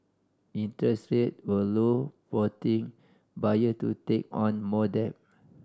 interest rate were low prompting buyer to take on more debt